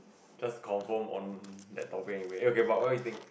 just confirm on that topic anyway okay but what do you think